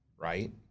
right